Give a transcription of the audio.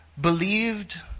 believed